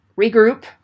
regroup